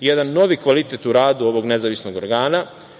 jedan novi kvalitet u radu ovog nezavisnog organa.